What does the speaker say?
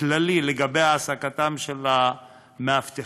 כללי לגבי העסקתם של המאבטחים